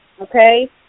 okay